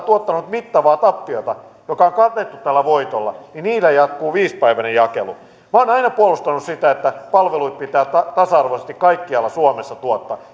tuottanut mittavaa tappiota joka on katettu tällä voitolla eli haja asutusalueilla jatkuu viisipäiväinen jakelu minä olen aina puolustanut sitä että palveluita pitää tasa arvoisesti kaikkialla suomessa tuottaa